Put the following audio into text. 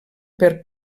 per